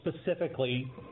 specifically